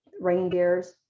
reindeers